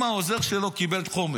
אם העוזר שלו קיבל חומר